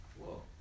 Whoa